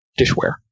dishware